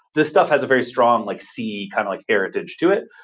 this stuff has a very strong like c kind of like heritage to it.